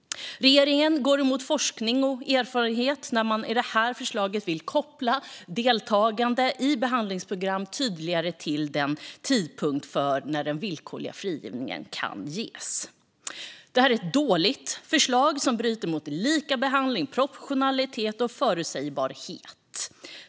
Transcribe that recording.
Regeringen går emot forskning och erfarenhet när den i detta förslag tydligare vill koppla deltagande i behandlingsprogram till den tidpunkt då villkorlig frigivning kan ske. Detta är ett dåligt förslag, och det bryter mot principerna om likabehandling, proportionalitet och förutsebarhet.